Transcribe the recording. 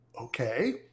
okay